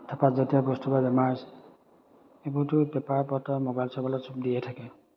ধপাত জাতীয় বস্তুৰ পা বেমাৰ হৈছে এইবোৰতো পেপাৰ পত্ৰই মোবাইল চবাইলত চব দিয়ে থাকে